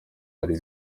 hari